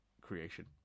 creation